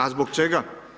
A zbog čega?